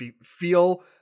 feel